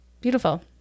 beautiful